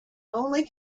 only